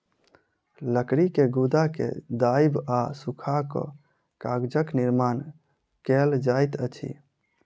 लकड़ी के गुदा के दाइब आ सूखा कअ कागजक निर्माण कएल जाइत अछि